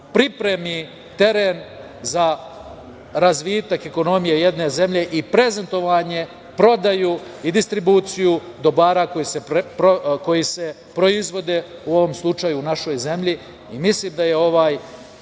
pripremi teren za razvitak ekonomije jedne zemlje i prezentovanje, prodaju i distribuciju dobara koji se proizvode u ovom slučaju u našoj zemlji